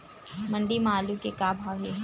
मंडी म आलू के का भाव हे?